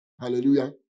Hallelujah